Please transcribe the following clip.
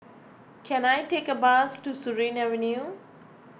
can I take a bus to Surin Avenue